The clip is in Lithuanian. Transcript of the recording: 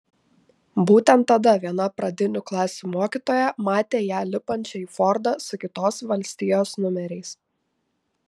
būtent tada viena pradinių klasių mokytoja matė ją lipančią į fordą su kitos valstijos numeriais